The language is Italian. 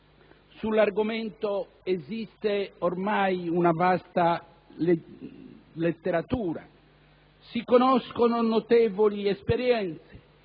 Sull'argomento esiste ormai una vasta letteratura. Si conoscono notevoli esperienze